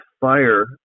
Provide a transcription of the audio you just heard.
fire